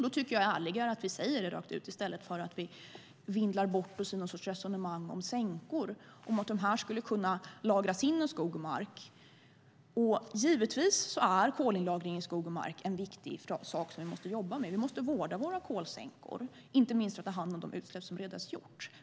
Då tycker jag att det är ärligare att vi säger det rakt ut i stället för att vi vindlar bort oss i någon sorts resonemang om sänkor och att detta skulle kunna lagras in i skog och mark. Givetvis är kolinlagringen i skog och mark en viktig sak som vi måste jobba med. Vi måste vårda våra kolsänkor, inte minst för att ta hand om de utsläpp som redan har gjorts.